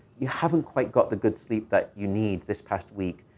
you haven't quite got the good sleep that you need this past week.